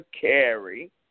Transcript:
carry